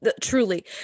Truly